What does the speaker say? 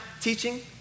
teaching